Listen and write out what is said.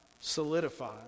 solidify